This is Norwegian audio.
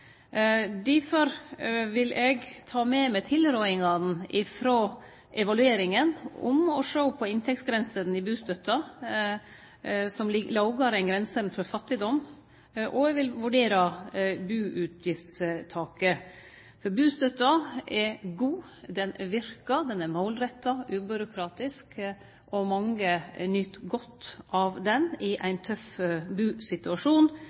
Difor vil eg ta med meg tilrådingane frå evalueringa om å sjå på inntektsgrensene i bustøtta, som ligg lågare enn grensene for fattigdom, og eg vil vurdere buutgiftstaket. For bustøtta er god, ho verkar, ho er målretta og ubyråkratisk, og mange nyt godt av henne i ein tøff busituasjon.